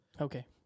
Okay